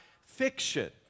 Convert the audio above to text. fiction